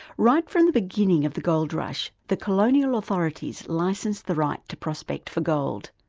right from the beginning of the gold rush the colonial authorities licensed the right to prospect for gold.